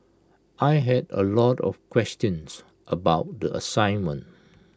I had A lot of questions about the assignment